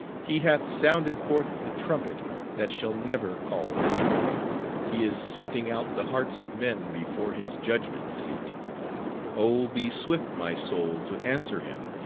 he hath sounded forth the trumpet that shall never call retreat he is sifting out the hearts of men before his judgment-seat oh! be swift my soul to answer him!